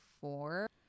four